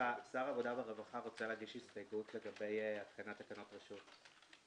העבודה והרווחה רוצה להגיש הסתייגות לגבי התקנת תקנות רשות.